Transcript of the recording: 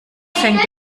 fängt